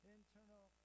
internal